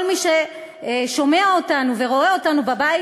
כל מי ששומע אותנו ורואה אותנו בבית